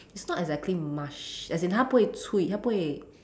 it's not exactly mush as in 它不会粹它不会